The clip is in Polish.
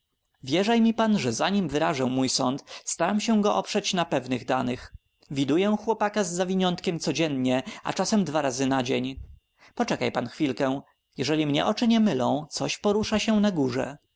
wynurzeń wierzaj mi pan że zanim wyrażę mój sąd staram się go oprzeć na pewnych danych widuję chłopaka z zawiniątkiem codziennie a czasem dwa razy na dzień poczekaj pan chwilkę jeżeli mnie oczy nie mylą coś porusza się na górze